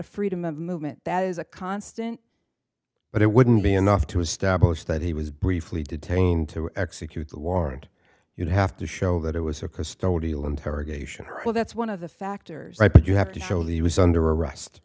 a freedom of movement that is a constant but it wouldn't be enough to establish that he was briefly detained to execute the warrant you'd have to show that it was a custodial interrogation well that's one of the factors i think you have to show that he was under arrest